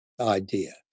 idea